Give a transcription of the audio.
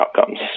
outcomes